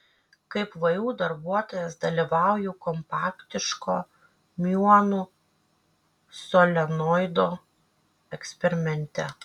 kaip vu darbuotojas dalyvauju kompaktiško miuonų solenoido eksperimente